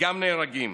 גם נהרגים.